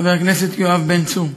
חבר הכנסת יואב בן צור,